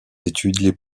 études